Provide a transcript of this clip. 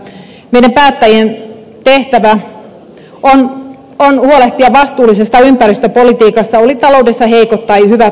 meidän päättäjien tehtävä on huolehtia vastuullisesta ympäristöpolitiikasta oli taloudessa heikot tai hyvät ajat